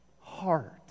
Heart